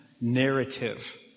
narrative